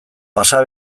pasa